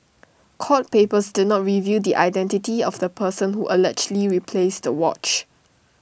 court papers did not reveal the identity of the person who allegedly replaced the watch